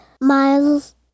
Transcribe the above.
Miles